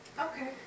Okay